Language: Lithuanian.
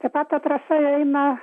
taip pat atrasta eina